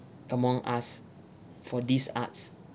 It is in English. among us for these arts